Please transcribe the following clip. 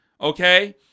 okay